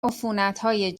عفونتهای